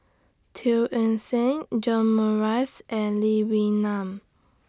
Teo Eng Seng John Morrice and Lee Wee Nam